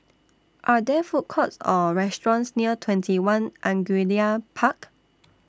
Are There Food Courts Or restaurants near TwentyOne Angullia Park